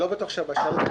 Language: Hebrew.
גם המערכת הבנקאית,